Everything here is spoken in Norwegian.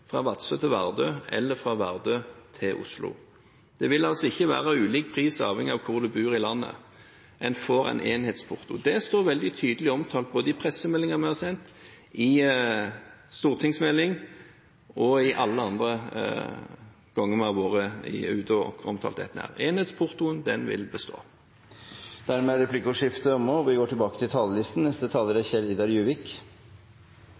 fra Vadsø til Vardø eller fra Vardø til Oslo. Det vil altså ikke være ulik pris avhengig av hvor en bor i landet. En får en enhetsporto. Det er veldig tydelig omtalt i pressemeldinger vi har sendt, i stortingsmelding og alle andre ganger vi har vært ute og omtalt dette. Enhetsportoen vil bestå. Replikkordskiftet er omme. De talere som heretter får ordet, har en taletid på inntil 3 minutter. Jeg har lyst til